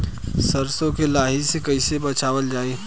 सरसो में लाही से कईसे बचावल जाई?